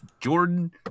Jordan